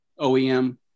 OEM